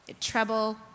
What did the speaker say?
Trouble